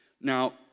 Now